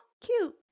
cute